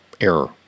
error